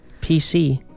PC